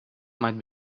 might